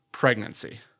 pregnancy